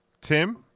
Tim